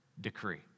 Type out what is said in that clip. decree